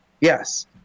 Yes